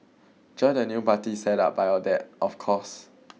join the new party set up by your dad of course